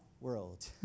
world